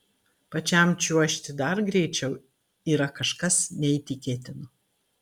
pačiam čiuožti dar greičiau yra kažkas neįtikėtino